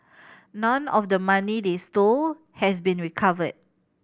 none of the money they stole has been recovered